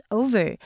over